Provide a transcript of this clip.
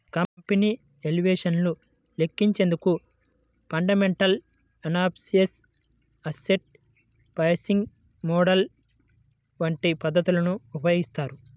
company valuation ను లెక్కించేందుకు fundamental analysis, asset pricing model వంటి పద్ధతులను ఉపయోగిస్తారు